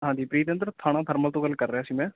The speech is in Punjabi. ਹਾਂਜੀ ਪ੍ਰੀਤਇੰਦਰ ਥਾਣਾ ਥਰਮਲ ਤੋਂ ਗੱਲ ਕਰ ਰਿਹਾ ਸੀ ਮੈਂ